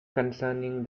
concerning